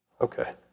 Okay